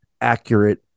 accurate